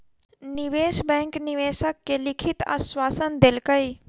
निवेश बैंक निवेशक के लिखित आश्वासन देलकै